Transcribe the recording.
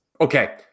Okay